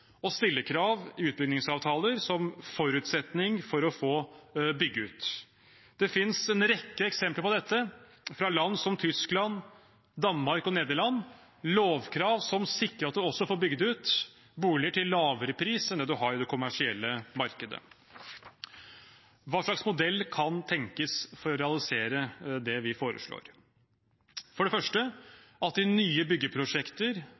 å stille krav i utbyggingsavtaler som forutsetning for å få bygge ut. Det finnes en rekke eksempler på dette fra land som Tyskland, Danmark og Nederland – lovkrav som sikrer at man får bygd ut boliger til lavere pris enn det man har i det kommersielle markedet. Hva slags modell kan tenkes for å realisere det vi foreslår? For det første at i nye byggeprosjekter,